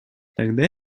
тогда